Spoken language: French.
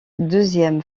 deuxième